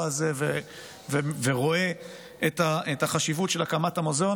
הזה ורואה את החשיבות של הקמת המוזיאון.